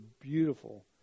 beautiful